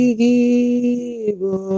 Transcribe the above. give